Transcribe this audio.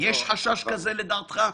זאת החלטה שלך.